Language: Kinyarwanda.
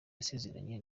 yasezeranye